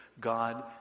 God